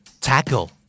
Tackle